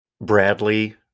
Bradley